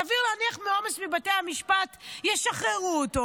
סביר להניח שבגלל עומס בבתי המשפט ישחררו אותו.